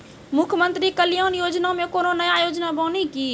मुख्यमंत्री कल्याण योजना मे कोनो नया योजना बानी की?